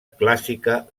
clásica